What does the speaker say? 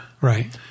Right